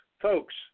folks